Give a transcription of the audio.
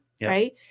Right